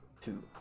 two